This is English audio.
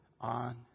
on